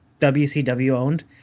WCW-owned